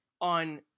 on